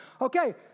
Okay